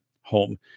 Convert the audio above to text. home